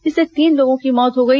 इससे तीन लोगों की मौत हो गई